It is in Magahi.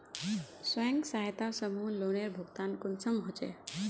स्वयं सहायता समूहत लोनेर भुगतान कुंसम होचे?